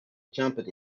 jumped